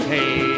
Hey